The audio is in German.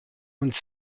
uns